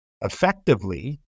effectively